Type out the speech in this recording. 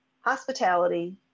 hospitality